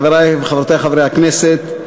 חברי וחברותי חברי הכנסת,